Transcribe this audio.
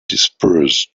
dispersed